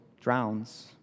drowns